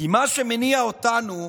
כי מה שמניע אותנו,